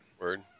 Word